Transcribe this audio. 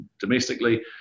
domestically